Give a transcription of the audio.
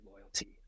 loyalty